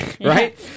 right